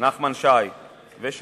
נחמן שי ושלי